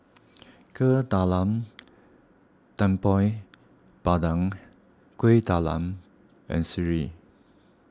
Kuih Talam Tepong Pandan Kueh Talam and Sireh